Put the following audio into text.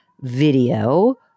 video